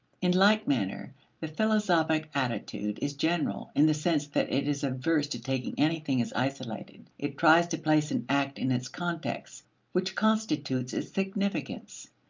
in like manner the philosophic attitude is general in the sense that it is averse to taking anything as isolated it tries to place an act in its context which constitutes its significance.